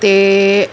ते